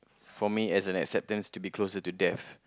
for me as an acceptance to be closer to death